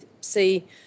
see